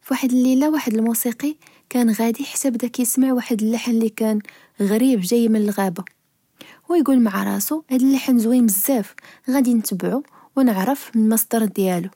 في واحد الليلة، واحد الموسيقي، كان غادي حتى بدا كسمع واحد اللحن لكان غريب، جاي من الغابة، هو يچول مع راسو هاد اللحن زوين بزاف، غدي نتبعو ونعرف المصدر ديالو.